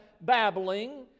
babbling